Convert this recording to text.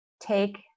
take